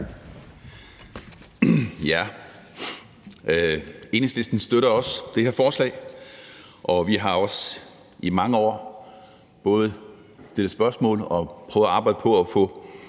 Tak. Enhedslisten støtter også det her forslag, og vi har også i mange år både stillet spørgsmål og prøvet at arbejde på at få